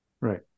Right